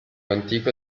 antico